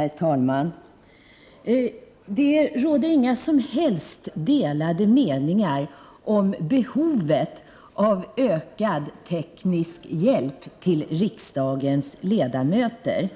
Herr talman! Det råder inga som helst delade meningar om behovet av ökad teknisk hjälp till riksdagens ledamöter. I